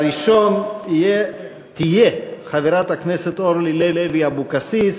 הראשונה תהיה חברת הכנסת אורלי לוי אבקסיס,